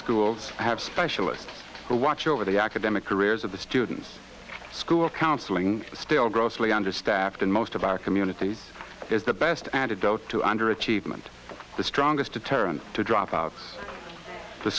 schools have specialist watch over the academic careers of the students school counseling still grossly understaffed in most of our communities is the best antidote to underachievement the strongest deterrent to drop out